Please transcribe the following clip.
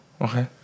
okay